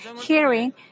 hearing